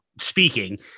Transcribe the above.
speaking